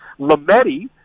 Lametti